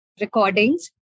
recordings